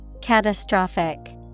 Catastrophic